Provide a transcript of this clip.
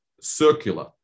circular